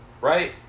Right